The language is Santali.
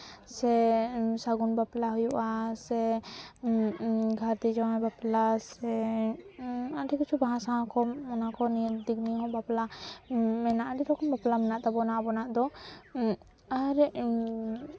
ᱥᱮ ᱥᱟᱹᱜᱩᱱ ᱵᱟᱯᱞᱟ ᱦᱩᱭᱩᱜᱼᱟ ᱥᱮ ᱜᱷᱟᱹᱨᱫᱤ ᱡᱟᱶᱟᱭ ᱵᱟᱯᱞᱟ ᱥᱮ ᱟᱹᱰᱤ ᱠᱤᱪᱷᱩ ᱵᱟᱦᱟ ᱥᱟᱶ ᱠᱚ ᱚᱱᱟ ᱠᱚ ᱫᱤᱠ ᱱᱤᱭᱮ ᱦᱚᱸ ᱵᱟᱯᱞᱟ ᱢᱮᱱᱟᱜᱼᱟ ᱟᱹᱰᱤ ᱨᱚᱠᱚᱢ ᱵᱟᱯᱞᱟ ᱢᱮᱱᱟᱜ ᱛᱟᱵᱚᱱᱟ ᱟᱵᱚᱱᱟᱜ ᱫᱚ ᱟᱨ